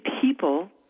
people